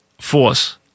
force